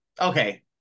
okay